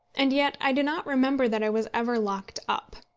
and yet i do not remember that i was ever locked up,